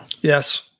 Yes